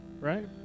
right